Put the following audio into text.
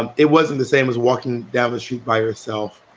and it wasn't the same as walking down the street by yourself.